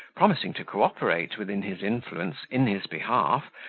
promising to co-operate within his influence in his behalf,